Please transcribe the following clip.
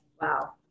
wow